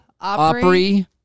Opry